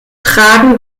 tragen